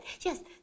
yes